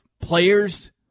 Players